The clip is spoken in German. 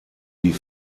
die